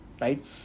right